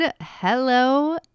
Hello